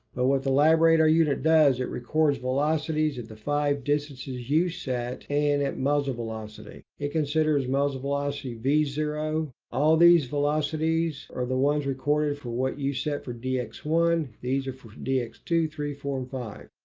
but what the labradar unit does, it records velocities at the five distances you set. and at muzzle velocity. it considers muzzle velocity v zero. all these velocities are the ones recorded for what you set for dx one, these are for dx two, three, four and five.